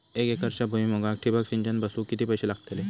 एक एकरच्या भुईमुगाक ठिबक सिंचन बसवूक किती पैशे लागतले?